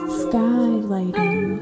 skylighting